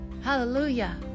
Hallelujah